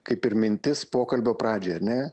kaip ir mintis pokalbio pradžioj ar ne